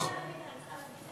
חכה עד שאגיע למקום.